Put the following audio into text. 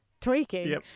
tweaking